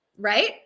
Right